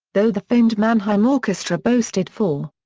though the famed mannheim orchestra boasted four.